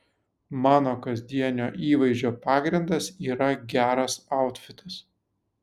mano kasdienio įvaizdžio pagrindas yra geras autfitas